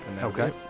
Okay